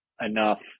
enough